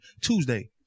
Tuesday